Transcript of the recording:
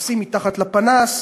מחפשים מתחת לפנס,